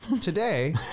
Today